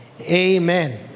Amen